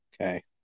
okay